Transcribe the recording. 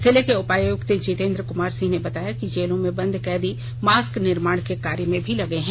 जिले के उपायुक्त जितेन्द्र कुमार सिंह ने बताया कि जेलों में बंद कैदी मास्क निर्माण के कार्य में भी लगे हैं